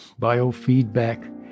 biofeedback